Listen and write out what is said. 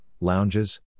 lounges